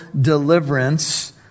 deliverance